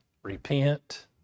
Repent